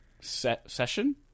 Session